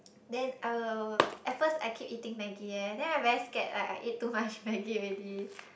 then I will at first I keep eating Maggi eh then I very scared like I eat too much Maggi already